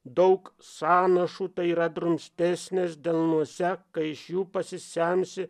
daug sąnašų tai yra drumstesnės delnuose kai iš jų pasisemsi